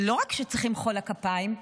לא רק שצריך למחוא לה כפיים,